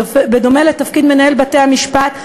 בדומה לתפקיד מנהל בתי-המשפט,